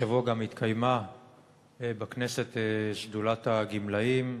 השבוע גם התקיימה בכנסת שדולת הגמלאים,